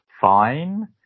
fine